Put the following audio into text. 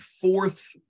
fourth